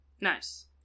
Nice